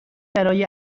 برای